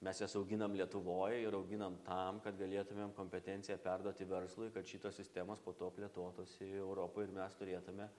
mes jas auginam lietuvoj ir auginam tam kad galėtumėm kompetenciją perduoti verslui kad šitos sistemos po to plėtotųsi į europą ir mes turėtume